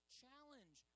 challenge